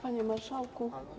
Panie Marszałku!